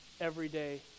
everyday